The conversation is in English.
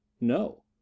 No